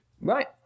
Right